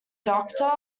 doctor